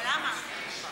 אבל למה?